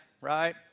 right